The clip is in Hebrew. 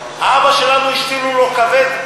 האבא שלנו השתילו לו כבד,